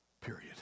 period